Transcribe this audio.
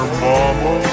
mama